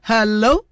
Hello